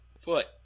foot